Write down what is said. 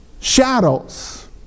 shadows